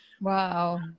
Wow